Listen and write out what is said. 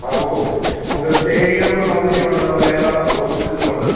താമസവും വരും നമുക്ക് സ്റ്റേ ചെയ്യാനുള്ള സൗകര്യമുണ്ട് നല്ലയെല്ലാ ഫെസിലിറ്റീസുമുണ്ട്